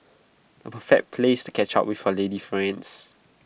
A perfect place to catch up with your lady friends